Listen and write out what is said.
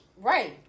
Right